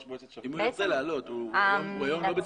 אם הוא ירצה לעלות, הוא היום לא בתפקיד.